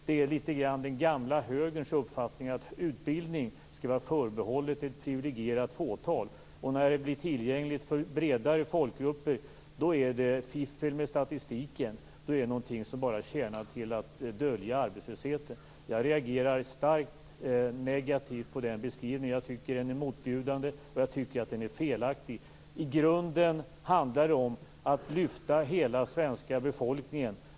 Det är litet grand den gamla högerns uppfattning att utbildning skall vara förbehållet ett privilegierat fåtal, och när det blir tillgängligt för bredare folkgrupper, då är det fiffel med statistiken och någonting som bara tjänar till att dölja arbetslösheten. Jag reagerar starkt negativt på den beskrivningen. Jag tycker att den är motbjudande och felaktig. I grunden handlar det om att lyfta hela svenska befolkningen.